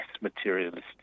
materialistic